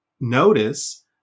notice